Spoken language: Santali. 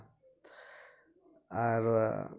ᱟᱨ